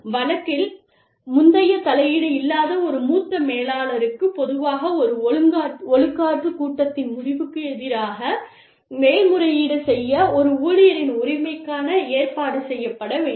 வழக்கில் முந்தைய தலையீடு இல்லாத ஒரு மூத்த மேலாளருக்கு பொதுவாக ஒரு ஒழுக்காற்று கூட்டத்தின் முடிவுக்கு எதிராக மேல்முறையீடு செய்ய ஒரு ஊழியரின் உரிமைக்கான ஏற்பாடு செய்யப்பட வேண்டும்